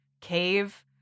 cave